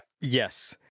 yes